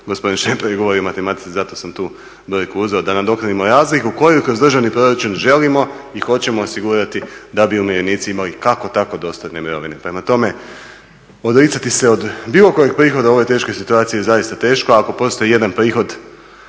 Gospodin Šemper je govorio o matematici, zato sam tu brojku uzeo da nadoknadimo razliku koju kroz državni proračun želimo i hoćemo osigurati da bi umirovljenici imali kako tako dostatne mirovine. Prema tome, odricati se od bilo kojeg prihoda u ovoj teškoj situaciji je zaista teško. Ako postoji jedan prihod